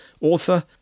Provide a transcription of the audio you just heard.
author